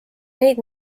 neid